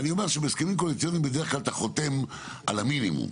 אני אומר שבהסכמים קואליציוניים בדרך כלל אתה חותם על המינימום,